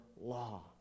law